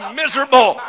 miserable